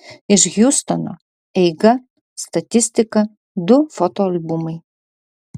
iš hjustono eiga statistika du foto albumai